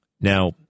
Now